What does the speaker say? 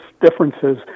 differences